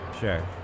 sure